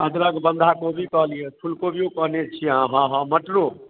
अदरक बन्धाकोबी कहलियै फुलकोबियो कहने छियै अहाँ हँ हँ मटरो